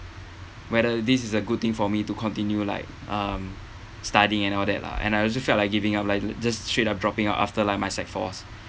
whether this is a good thing for me to continue like um studying and all that lah and I also felt like giving up like just straight up dropping out after like my sec fours